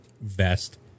vest